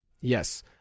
Yes